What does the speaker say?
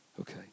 Okay